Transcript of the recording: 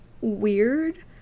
weird